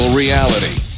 Reality